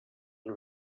and